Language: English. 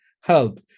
help